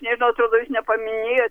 nežinau atrodo jūs nepaminėjot